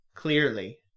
Clearly